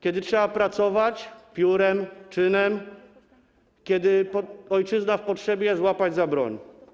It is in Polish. Kiedy trzeba, pracować, piórem, czynem, a kiedy ojczyzna w potrzebie - złapać za broń.